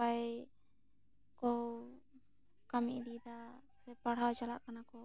ᱱᱟᱯᱟᱭ ᱠᱚ ᱠᱟᱹᱢᱤ ᱤᱫᱤ ᱮᱫᱟ ᱥᱮ ᱯᱟᱲᱦᱟᱣ ᱪᱟᱞᱟᱜ ᱠᱟᱱᱟ ᱠᱚ